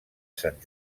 sant